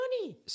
money